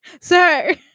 Sir